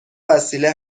وسیله